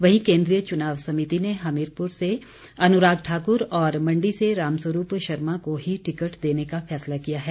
वहीं केन्द्रीय च्नाव समिति ने हमीरपुर से अनुराग ठाकुर और मंडी से रामस्वरूप शर्मा को ही टिकट देने का फैसला लिया है